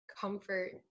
comfort